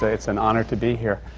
ah it's an honor to be here.